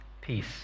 peace